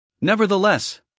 Nevertheless